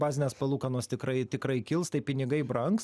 bazinės palūkanos tikrai tikrai kils tai pinigai brangs